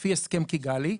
לפי הסכם קיגאלי,